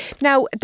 Now